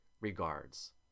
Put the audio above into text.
regards